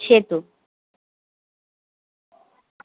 সেই তো